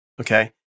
Okay